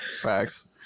Facts